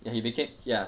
ya he became ya